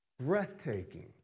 Breathtaking